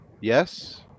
Yes